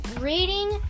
Reading